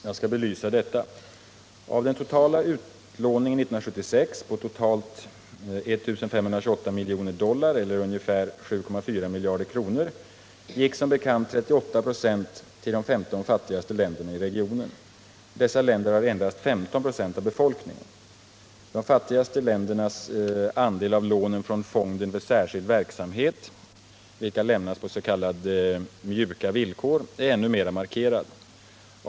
Jag skall belysa detta. Av den totala utlåningen 1976 på totalt 1 528 miljoner dollar eller ungefär 7,4 miljarder kronor gick som bekant 38 26 till de 15 fattigaste länderna i regionen. Dessa länder har endast 15 26 av befolkningen. De fattigaste ländernas andel av lånen från fonden för särskild verksamhet, vilka lämnas på s.k. mjuka villkor, är ännu mera markerad.